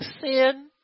sin